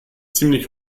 ziemlich